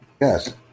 yes